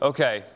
Okay